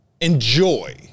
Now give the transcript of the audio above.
enjoy